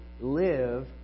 live